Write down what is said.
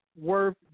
worth